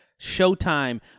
showtime